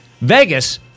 Vegas